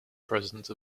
president